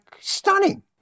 stunning